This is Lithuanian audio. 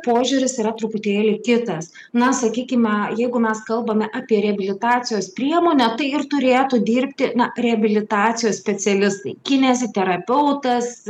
požiūris yra truputėlį kitas na sakykime jeigu mes kalbame apie reabilitacijos priemonę tai ir turėtų dirbti na reabilitacijos specialistai kineziterapeutas